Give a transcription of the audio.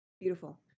Beautiful